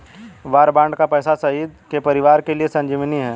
वार bond का पैसा शहीद के परिवारों के लिए संजीवनी है